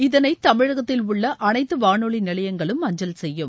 இதனை தமிழகத்தில் உள்ள அனைத்து வானொலி நிலையங்களும் அஞ்சல் செய்யும்